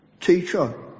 Teacher